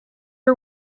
are